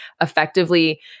effectively